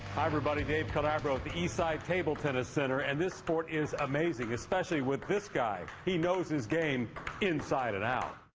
hi, everybody. dave calabro. but east side table tennis center. and this sport is amazing. especially with this guy. he knows his game inside and out.